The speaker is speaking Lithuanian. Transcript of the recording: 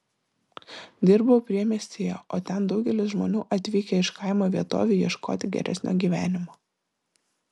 dirbau priemiestyje o ten daugelis žmonių atvykę iš kaimo vietovių ieškoti geresnio gyvenimo